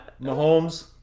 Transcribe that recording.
Mahomes